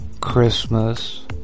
...Christmas